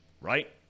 right